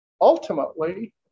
ultimately